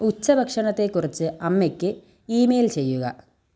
ഉച്ചഭക്ഷണത്തെക്കുറിച്ച് അമ്മയ്ക്ക് ഇമെയിൽ ചെയ്യുക